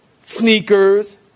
sneakers